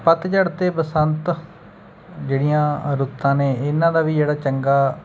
ਪੱਤਝੜ ਅਤੇ ਬਸੰਤ ਜਿਹੜੀਆਂ ਰੁੱਤਾਂ ਨੇ ਇਨ੍ਹਾਂ ਦਾ ਵੀ ਜਿਹੜਾ ਚੰਗਾ